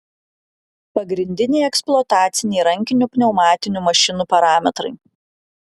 pagrindiniai eksploataciniai rankinių pneumatinių mašinų parametrai